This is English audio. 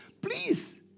Please